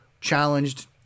Challenged